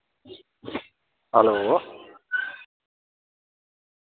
hello